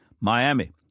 Miami